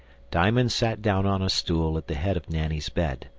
diamond sat down on a stool at the head of nanny's bed.